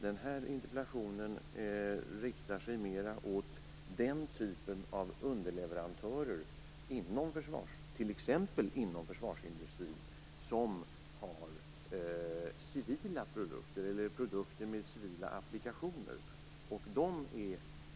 Den här interpellationen riktar sig mer mot den typ av underleverantörer inom t.ex. försvarsindustrin som har civila produkter, eller produkter med civila applikationer.